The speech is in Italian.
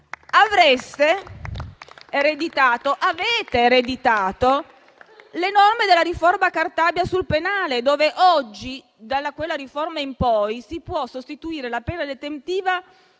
Avete ereditato le norme della riforma Cartabia sul penale. Oggi, da quella riforma in poi, si può sostituire la pena detentiva